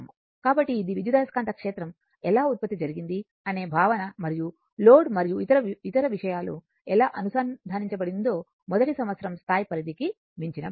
కాబట్టి ఇది విద్యుదయస్కాంత క్షేత్రం ఎలా ఉత్పత్తి అవుతుంది అనే భావన మరియు లోడ్ మరియు ఇతర విషయాలు ఎలా అనుసంధానించబడిందో మొదటి సంవత్సరం స్థాయి పరిధికి మించిన భారం